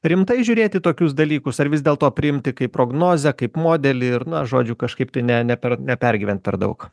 rimtai žiūrėt į tokius dalykus ar vis dėlto priimti kaip prognozę kaip modelį ir na žodžiu kažkaip tai ne ne per nepergyvent per daug